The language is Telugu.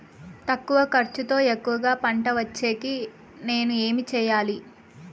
తక్కువ ఖర్చుతో ఎక్కువగా పంట వచ్చేకి నేను ఏమి చేయాలి?